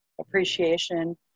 appreciation